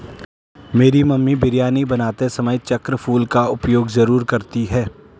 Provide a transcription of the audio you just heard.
मेरी मम्मी बिरयानी बनाते समय चक्र फूल का उपयोग जरूर करती हैं